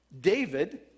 David